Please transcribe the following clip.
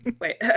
Wait